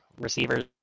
receivers